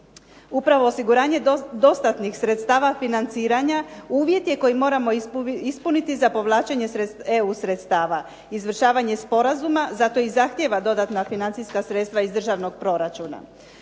Upravo osiguranje dostatnih sredstava financiranja uvjet koji moramo ispuniti za povlačenje EU sredstava. Izvršavanje sporazuma zato i zahtijeva dodatna financijska sredstva iz državnog proračuna.